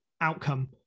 outcome